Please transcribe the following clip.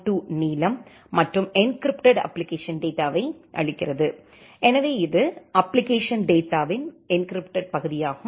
2 நீளம் மற்றும் encrypted application டேட்டாவை அளிக்கிறது எனவே இது அப்ப்ளிகேஷன் டேட்டாவின் என்கிரிப்டெட் பகுதியாகும்